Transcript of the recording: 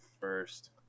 first